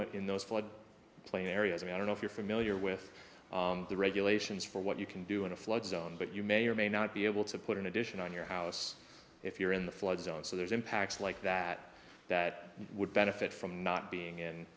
it in those flood plain areas i don't know if you're familiar with the regulations for what you can do in a flood zone but you may or may not be able to put an addition on your house if you're in the flood zone so there's impacts like that that would benefit from not being in